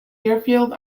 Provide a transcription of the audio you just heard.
airfield